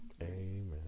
Amen